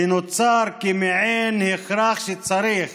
שנוצר כמעין הכרח שצריך